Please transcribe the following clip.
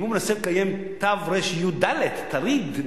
אם הוא מנסה לקיים תרי"ד מצוות,